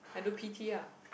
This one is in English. I do p_t ah